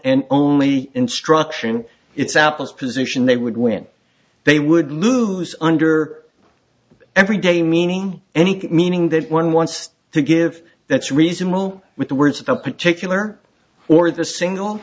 and only instruction it's apple's position they would win they would lose under every day meaning any meaning that one wants to give that's reasonable with the words of a particular or the single